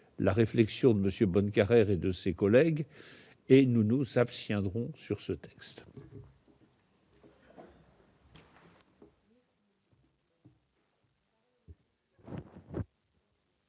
la réflexion de M. Bonnecarrère et de ses collègues : nous nous abstiendrons donc sur ces textes.